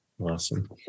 Awesome